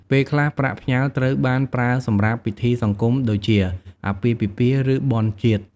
ពេលខ្លះប្រាក់ផ្ញើត្រូវបានប្រើសម្រាប់ពិធីសង្គមដូចជា អាពាហ៍ពិពាហ៍ ឬបុណ្យជាតិ។